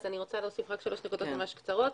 אני רוצה להוסיף רק שלוש נקודות ממש קצרות.